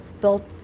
built